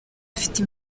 afite